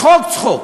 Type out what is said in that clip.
צחוק צחוק.